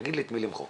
ותגיד לי את מי למחוק.